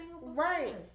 right